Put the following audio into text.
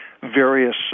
various